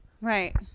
Right